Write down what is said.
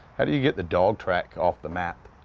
how do you get the dog track off the map?